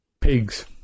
pigs